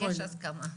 יש הסכמה.